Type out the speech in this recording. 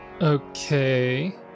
Okay